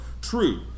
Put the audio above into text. true